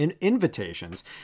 invitations